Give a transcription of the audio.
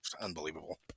unbelievable